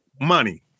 money